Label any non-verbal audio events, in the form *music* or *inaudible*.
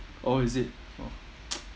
oh is it oh *noise*